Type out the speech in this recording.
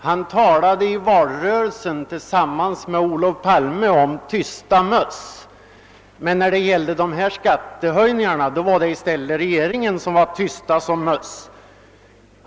Han talade i valrörelsen tillsammans med Olof Palme om >»tysta möss», men när det gäller skattehöjningarna var det i stället regeringen som var tyst som en mus.